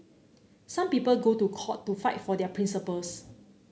some people go to court to fight for their principles